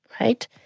right